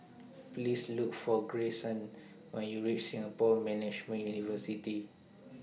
Please Look For Grayson when YOU REACH Singapore Management University